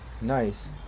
nice